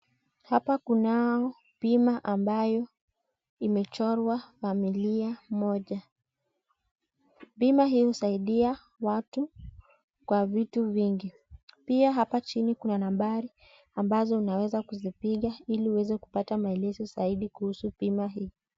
Hapa kunayo bima ambayo imechorwa familia moja, bima hii husaidia watu kwa vitu vingi pia hapa chini kuna nambari ambazo unaweza kuzipiga hili uweze kupata maelezo zaidi kuhusu bima hii.